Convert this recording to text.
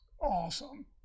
awesome